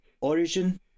origin